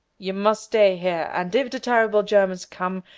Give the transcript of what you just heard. you must stay here, and if the terrible germans come,